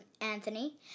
Anthony